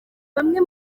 bamwe